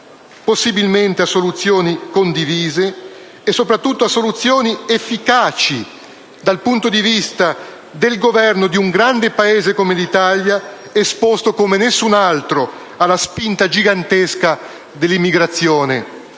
possibilmente a soluzioni condivise e soprattutto a soluzioni efficaci dal punto di vista del governo di un grande Paese come l'Italia, esposto come nessun altro alla spinta gigantesca dell'immigrazione